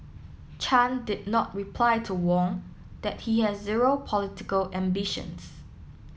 Chan did not reply to Wong that he has zero political ambitions